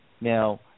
Now